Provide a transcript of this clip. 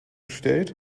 stellt